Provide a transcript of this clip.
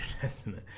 Testament